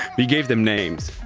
we gave them names,